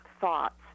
thoughts